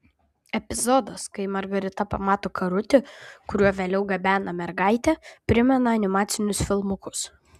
epizodas kai margarita pamato karutį kuriuo vėliau gabena mergaitę primena animacinius filmukus